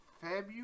February